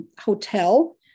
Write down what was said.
hotel